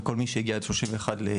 לכל מי שהגיע עד 31 ביולי.